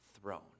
throne